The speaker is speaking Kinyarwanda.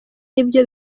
nibyo